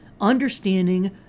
understanding